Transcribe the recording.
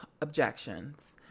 objections